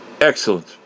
Excellent